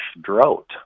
drought